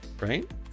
Right